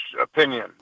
opinion